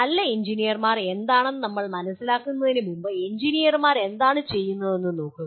നല്ല എഞ്ചിനീയർമാർ എന്താണെന്ന് നമ്മൾ മനസിലാക്കുന്നതിന് മുമ്പ് എഞ്ചിനീയർമാർ എന്താണ് ചെയ്യുന്നതെന്ന് നോക്കുക